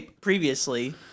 Previously